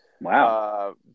Wow